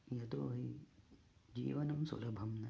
यतो हि जीवनं सुलभं न